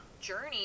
journey